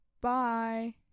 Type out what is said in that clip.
Bye